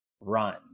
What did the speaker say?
run